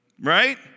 Right